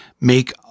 make